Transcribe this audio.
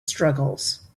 struggles